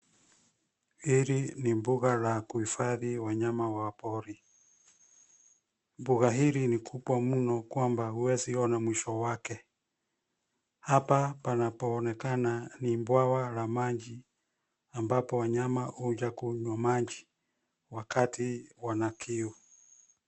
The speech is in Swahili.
Hili ni mbuga la kuhifadhi wanyama wa pori. Mbuga hili ni kubwa mno kwamba huweziona mwisho wake. Hapa panapoonekana ni bwawa la maji ambapo wanyama huja kunywa maji, wakati wana kiu.